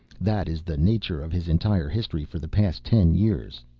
that is the nature of his entire history for the past ten years.